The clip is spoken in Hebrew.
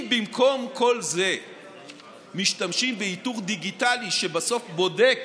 אם במקום כל זה משתמשים באיתור דיגיטלי שבסוף בודק